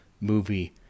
movie